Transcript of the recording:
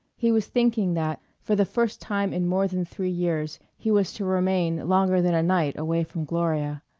he was thinking that for the first time in more than three years he was to remain longer than a night away from gloria.